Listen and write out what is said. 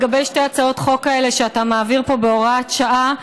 לגבי שתי הצעות החוק האלה שאתה מעביר פה בהוראת שעה,